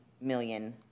million